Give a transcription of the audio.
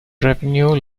revenue